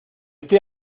estoy